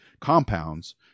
compounds